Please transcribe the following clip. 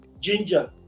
ginger